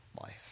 life